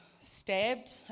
stabbed